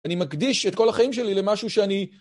אני מקדיש את כל החיים שלי למשהו שאני...